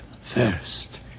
first